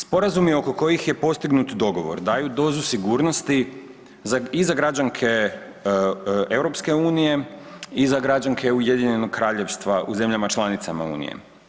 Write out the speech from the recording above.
Sporazum oko kojih je postignut dogovor daju dozu sigurnosti i za građanke EU i za građanke UK-a u zemljama članicama Unije.